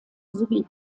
sowie